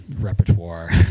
repertoire